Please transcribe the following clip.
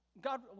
God